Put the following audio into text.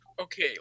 Okay